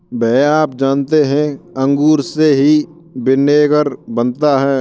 भैया आप जानते हैं अंगूर से ही विनेगर बनता है